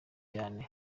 cyane